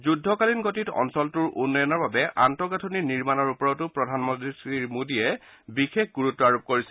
যুদ্ধকালীন গতিত অঞ্চলটোৰ উন্নয়নৰ বাবে আন্তঃগাঠনি নিৰ্মাণৰ ওপৰটো প্ৰধানমন্ত্ৰী শ্ৰীমোডীয়ে বিশেষ গুৰুত্ব আৰোপ কৰিছে